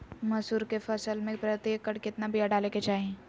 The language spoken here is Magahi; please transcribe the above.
मसूरी के फसल में प्रति एकड़ केतना बिया डाले के चाही?